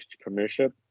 premiership